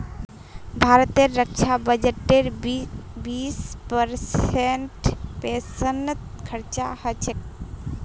भारतेर रक्षा बजटेर बीस परसेंट पेंशनत खरचा ह छेक